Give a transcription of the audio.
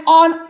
on